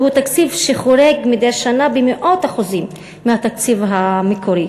שהוא תקציב שחורג מדי שנה במאות אחוזים מהתקציב המקורי,